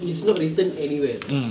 it's not written anywhere [tau]